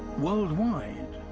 worldwide,